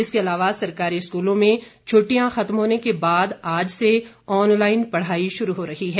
इसके अलावा सरकारी स्कूलों में छुटियां खत्म होने के बाद आज से ऑनलाइन पढ़ाई शुरू हो रही है